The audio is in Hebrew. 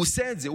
הוא עושה את זה.